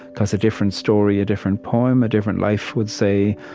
because a different story, a different poem, a different life would say,